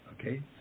okay